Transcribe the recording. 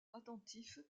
attentif